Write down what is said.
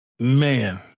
Man